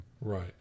Right